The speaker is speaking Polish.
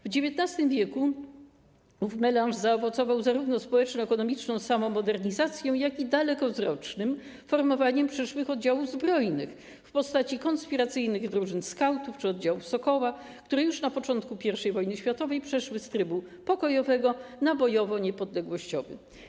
W XIX w. ów melanż zaowocował zarówno społeczno-ekonomiczną samomodernizacją, jak i dalekowzrocznym formowaniem przyszłych oddziałów zbrojnych w postaci konspiracyjnych drużyn skautów czy oddziałów „Sokoła”, które już na początku I wojny światowej przeszły z trybu pokojowego na bojowo-niepodległościowy.